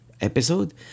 Episode